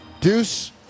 deuce